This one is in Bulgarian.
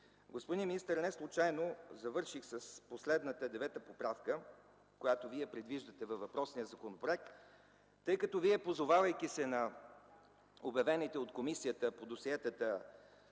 Господин министър, неслучайно завърших с последната девета поправка, която Вие предвиждате във въпросния законопроект, тъй като Вие, позовавайки се на обявените от Комисията по досиетата,